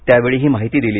त्यावेळी ही माहिती दिली